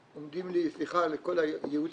שעומדים לי - סליחה לכל הייעוץ